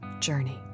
journey